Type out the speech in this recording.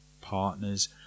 partners